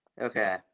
Okay